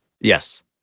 Yes